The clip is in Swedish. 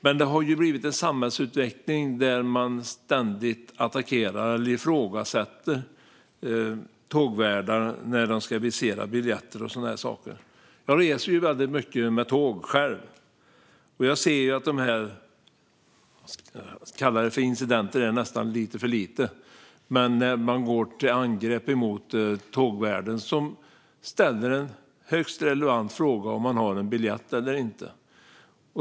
Men det har blivit en samhällsutveckling där man ständigt attackerar eller ifrågasätter tågvärdar när de ska visera biljetter och sådana saker. Jag reser själv väldigt mycket med tåg, och jag ser dessa incidenter - det är nästan lite för lite att kalla dem för det - där man går till angrepp mot tågvärden, som ställer en högst relevant fråga om man har biljett eller inte.